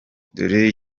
dore